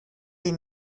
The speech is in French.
les